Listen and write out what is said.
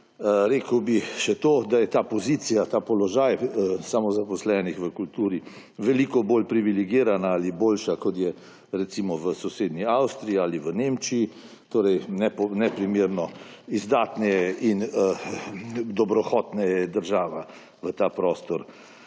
Rekel bi še to, da je ta pozicija, ta položaj samozaposlenih v kulturi veliko bolj privilegirala ali boljša, kot je, recimo, v sosednji Avstriji ali v Nemčiji. Torej neprimerno izdatneje in dobrohotneje je država v ta prostor